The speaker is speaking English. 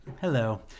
Hello